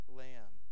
lamb